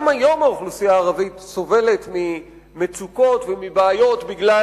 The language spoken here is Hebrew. גם היום האוכלוסייה הערבית סובלת ממצוקות ומבעיות בגלל